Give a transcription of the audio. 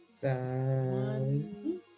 One